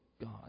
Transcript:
God